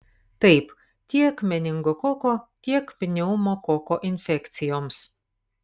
taip tiek meningokoko tiek pneumokoko infekcijoms